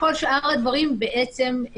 כל שאר הדברים חלו.